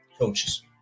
Coaches